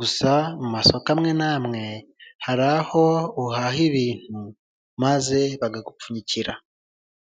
gusa mu masoko amwe n'amwe hari aho uhahira ibintu maze bakagupfunyikira.